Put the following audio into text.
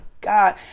God